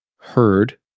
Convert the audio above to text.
heard